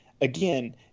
again